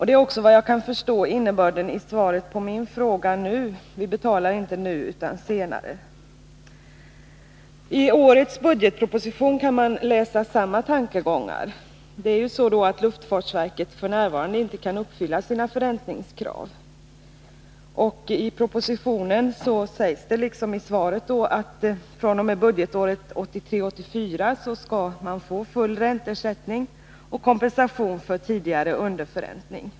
Det är såvitt jag kan förstå också innebörden av svaret på min fråga nu: Vi betalar inte nu utan senare. Tårets budgetproposition kan man läsa samma tankegång. Luftfartsverket kan f.n. inte uppfylla sina förräntningskrav, och i propositionen sägs det liksom i svaret att fr.o.m. 1983/84 skall man få full ränteersättning och kompensation för tidigare underförräntning.